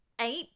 eight